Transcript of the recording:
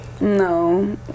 No